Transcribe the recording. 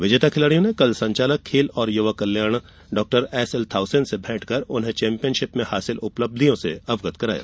विजेता खिलाड़ियों ने कल संचालक खेल और युवा कल्याण डॉ एसएल थाउसेन से भेंट कर उन्हे चैम्पियनशिप में हासिल उपलब्धि से अवगत कराया